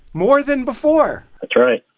more than before that's right.